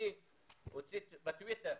הוציא בטוויטר,